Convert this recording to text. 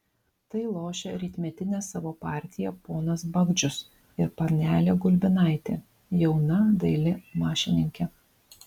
tai lošia rytmetinę savo partiją ponas bagdžius ir panelė gulbinaitė jauna daili mašininkė